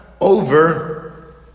over